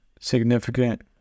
significant